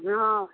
हँ